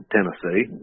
Tennessee